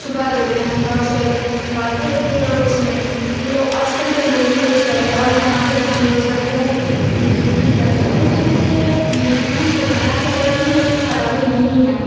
چھپا دیتے ہیں بہت ساری باتیں ہوتی ہے اس میں جو آج کل کے لوگ بھی یوز کرتے ہیں اور ہمارے بھائی یوز کرتے ہیں لیکن ہم یوز نہیں کرتے ہم سوچ رہے کہ یوز تو کرنا چاہیے اس میں کوئی خرابی نہیں ہے